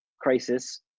crisis